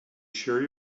sure